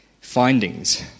findings